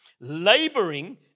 laboring